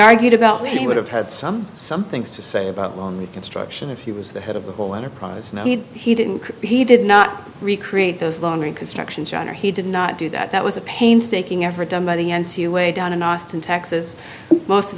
argued about when he would have had some some things to say about reconstruction if he was the head of the whole enterprise he didn't he did not recreate those long reconstruction john or he did not do that that was a painstaking effort done by the way down in austin texas most of